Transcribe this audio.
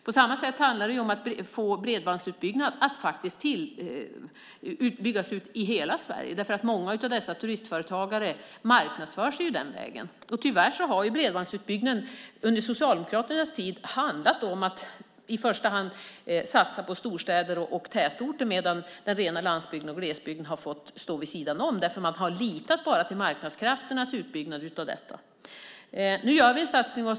På samma sätt handlar det om att få bredbandsutbyggnad i hela Sverige. Många av dessa turistföretagare marknadsför sig den vägen. Tyvärr har bredbandsutbyggnaden under Socialdemokraternas tid handlat om att i första hand satsa på storstäder och tätorter, medan den rena landsbygden och glesbygden har fått stå vid sidan om. Man har litat bara till marknadskrafternas utbyggnad av detta. Nu gör vi en satsning.